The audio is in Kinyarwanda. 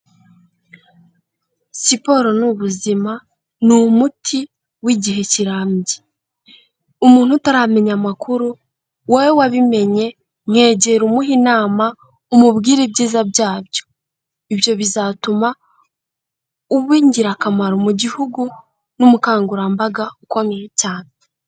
Siporo ni ubuzima ni umuti w'igihe kirambye, umuntu utaramenya amakuru wowe wabimenye mwegera umuhe inama umubwire ibyiza byabyo, ibyo bizatuma uba ingirakamaro mu gihugu n'umukangurambaga ukomeye cyane.